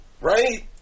right